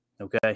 Okay